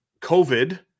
COVID